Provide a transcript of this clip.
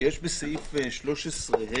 יש בסעיף 13(ה1)